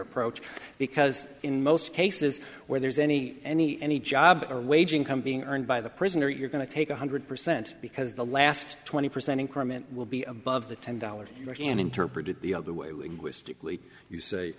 approach because in most cases where there's any any any job or wage income being earned by the prisoner you're going to take one hundred percent because the last twenty percent increment will be above the ten dollars and interpret it the other way stickley you say